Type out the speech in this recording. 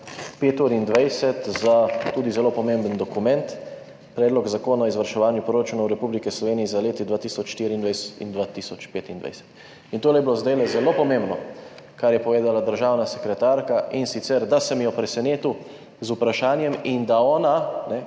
za tudi zelo pomemben dokument, Predlog zakona o izvrševanju proračunov Republike Slovenije za leti 2024 in 2025. In tole je bilo zdajle zelo pomembno, kar je povedala državna sekretarka, in sicer da sem jo presenetil z vprašanjem in da ona –